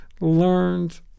learned